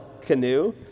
canoe